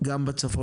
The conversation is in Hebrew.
גם בצפון.